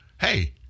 hey